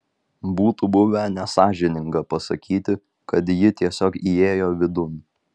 būtų buvę nesąžininga pasakyti kad ji tiesiog įėjo vidun